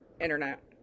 internet